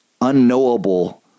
unknowable